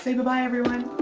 goodbye, everyone